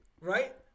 right